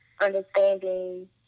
understanding